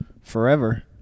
forever